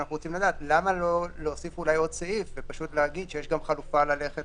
למה לא להוסיף אולי עוד סעיף ופשוט להגיד שיש גם חלופה ללכת